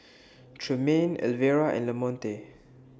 Tremaine Elvera and Lamonte